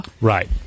Right